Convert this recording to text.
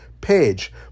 page